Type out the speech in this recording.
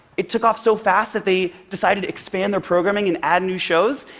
it took off so fast that they decided to expand their programming and add new shows,